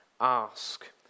ask